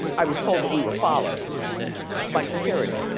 i was told that we were followed by security.